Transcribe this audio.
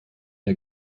der